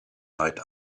night